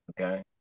Okay